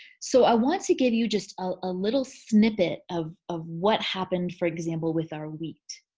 so i want to give you just a little snippet of of what happened, for example, with our wheat.